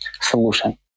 solution